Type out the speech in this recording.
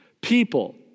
people